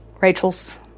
Rachel's